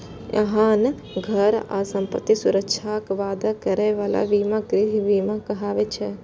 अहांक घर आ संपत्तिक सुरक्षाक वादा करै बला बीमा गृह बीमा कहाबै छै